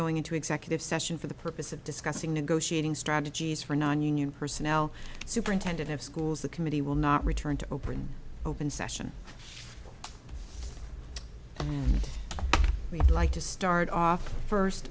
going into executive session for the purpose of discussing negotiating strategies for nonunion personnel superintendent of schools the committee will not return to open open session and we'd like to start off first